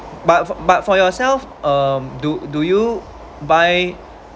but for but for yourself uh do do you buy